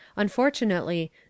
Unfortunately